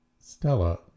Stella